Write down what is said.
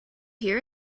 hear